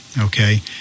Okay